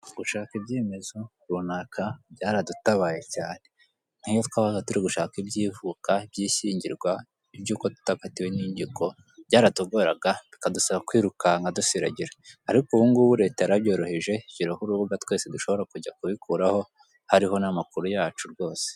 Gushaka ibyemezo runaka byaradutabaye cyane. Nk'iyo twabaga turi gushaka iby'ivuka, iby'ishingirwa, iby'uko tutakatiwe n'inkiko, byaratugoraga bikadusaba kwirukanka dusiragira. Ariko ubungubu leta yarabyoroheje, ishyiraho urubuga twese dushobora kujya kubikuraho, hariho n'amakuru yacu rwose.